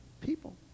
people